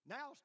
Now